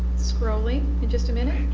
scrolling in just a minute.